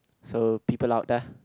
so people out there